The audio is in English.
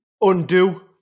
Undo